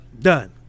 Done